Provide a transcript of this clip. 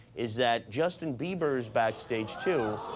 is that justin bieber is backstage too.